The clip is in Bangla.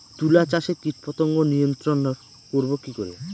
তুলা চাষে কীটপতঙ্গ নিয়ন্ত্রণর করব কি করে?